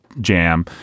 jam